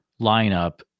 lineup